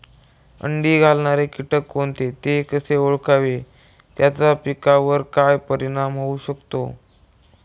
अंडी घालणारे किटक कोणते, ते कसे ओळखावे त्याचा पिकावर काय परिणाम होऊ शकतो?